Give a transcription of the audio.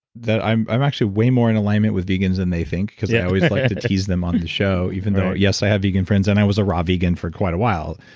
i'm i'm actually way more in alignment with vegans than they think because yeah i always like to tease them on the show, even though yes, i have vegan friends and i was a raw vegan for quite a while.